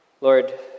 Lord